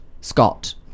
Scott